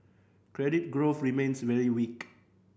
credit growth remains very weak